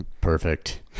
Perfect